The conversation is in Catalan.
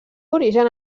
origen